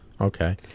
Okay